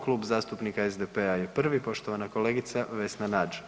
Klub zastupnika SDP-a je prvi, poštovana kolegica Vesna Nađ.